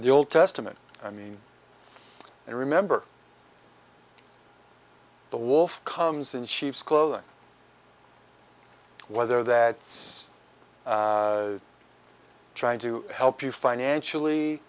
the old testament i mean and remember the wolf comes in sheep's clothing whether that it's trying to help you financially